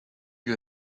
you